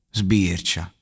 sbircia